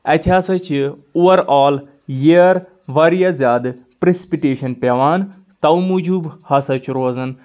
اتہِ ہسا چھِ اُوَر آل یِیر واریاہ زیادٕ پرسپِٹیشن پٮ۪وان تو موٗجوٗب ہسا چھُ روزان